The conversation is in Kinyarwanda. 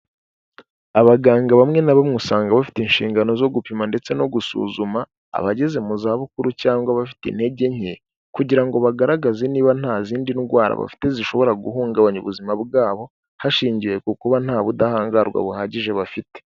Abaganga bamwe na bamwe usanga bafite inshingano zo gupima ndetse no gusuzuma abageze mu zabukuru cyangwa abafite intege nke, kugira ngo bagaragaze niba nta zindi ndwara bafite zishobora guhungabanya ubuzima bwabo, hashingiwe ku kuba nta budahangarwa buhagije bafite.